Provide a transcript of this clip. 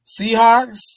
Seahawks